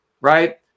Right